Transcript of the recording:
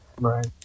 Right